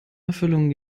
erfüllung